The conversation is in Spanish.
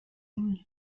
turismo